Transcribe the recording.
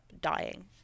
dying